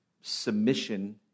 submission